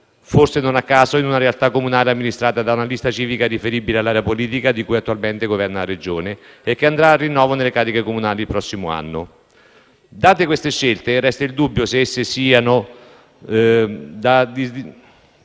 guarda caso in una realtà comunale amministrata da una lista civica riferibile all'area politica di chi attualmente governa la Regione e che andrà al rinnovo delle cariche comunali il prossimo anno. Su queste scelte resta il dubbio se esse siano dettate